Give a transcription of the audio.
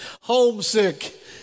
homesick